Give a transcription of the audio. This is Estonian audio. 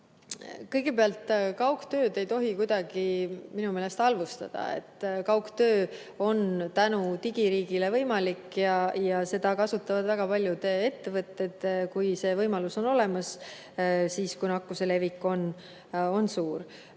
Kõigepealt, kaugtööd ei tohi minu meelest kuidagi halvustada. Kaugtöö on tänu digiriigile võimalik ja seda kasutavad väga paljud ettevõtted, kui see võimalus on olemas ja kui nakkuse levik on suur.